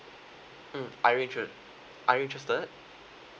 mm are you intere~ are you interested